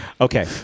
Okay